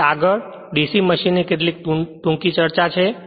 તેથી આગળ DC મશીનની કેટલીક ટૂંકી ચર્ચા છે